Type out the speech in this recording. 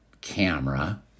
camera